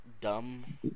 dumb